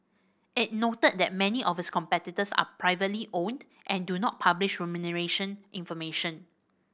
it noted that many of its competitors are privately owned and do not publish remuneration information